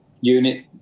unit